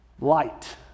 light